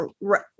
right